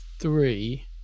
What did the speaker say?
three